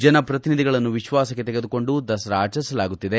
ಜನ ಪ್ರತಿನಿಧಿಗಳನ್ನು ವಿಶ್ವಾಸಕ್ಕೆ ತೆಗೆದುಕೊಂಡು ದಸರಾ ಆಚರಿಸಲಾಗುತ್ತಿದೆ